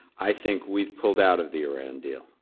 i think we've pulled out of the iran deal.